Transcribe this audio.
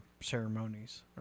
ceremonies